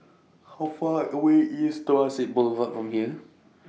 How Far away IS Temasek Boulevard from here